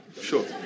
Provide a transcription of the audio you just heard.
Sure